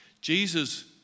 Jesus